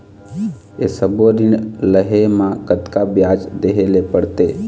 ये सब्बो ऋण लहे मा कतका ब्याज देहें ले पड़ते?